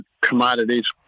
commodities